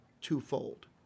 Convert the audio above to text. twofold